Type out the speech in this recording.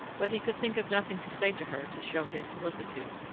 but he could think of nothing to say to her to show his solicitude.